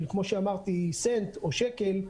של כמו שאמרתי סנט או שקל,